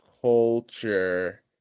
culture